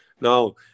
Now